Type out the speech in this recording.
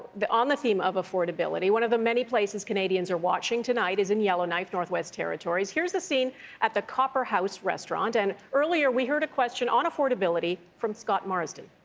on the theme of affordability, one of the many places canadians are watching tonight is in yellowknife, northwest territories. here's the scene at the copper house restaurant. and earlier we heard a question on affordability from scott marsden.